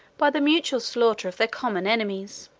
by the mutual slaughter of their common enemies.